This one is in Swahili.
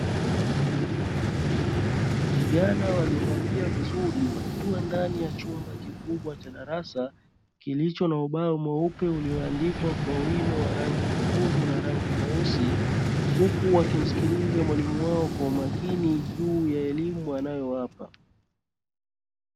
Vijana waliovalia vizuri wakiwa ndani ya chumba kikubwa cha darasa kilicho na ubao mweupe, ulioandikwa kwa wino wa rangi nyekundu na rangi nyeusi. Huku wakimsikiliza mwalimu wao kwa umakini juu ya elimu anayowapa.